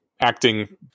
acting